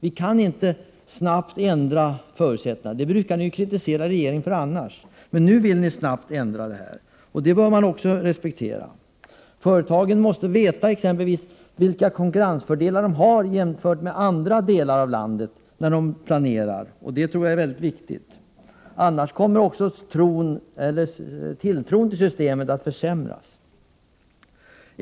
Vi kan inte snabbt ändra förutsättningarna. Det brukar ni kritisera regeringen för annars, men nu vill ni snabbt ändra förutsättningarna. Detta skäl bör man också respektera. När företagen planerar måste de exempelvis veta vilka konkurrensfördelar de har jämfört med företag i andra delar av landet. Det tror jag är mycket viktigt — annars kommer tilltron till systemet att försämras.